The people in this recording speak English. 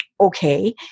Okay